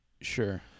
sure